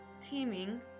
teaming